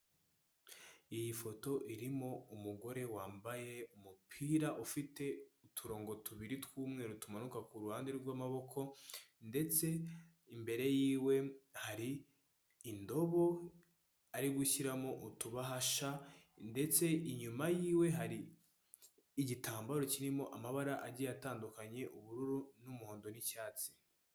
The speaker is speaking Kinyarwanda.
Iyi foto irimo umugore wambaye umupira ufite uturongo tubiri tw'umweru tumanuka ku ruhande rw'amaboko, ndetse imbere yiwe hari indobo ari gushyiramo utubahasha, ndetse inyuma yiwe hari igitambaro kirimo amabara agiye atandukanye ubururu, n'umuhondo n'icyatsi.